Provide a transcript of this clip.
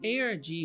ARG